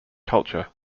culture